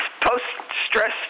post-stress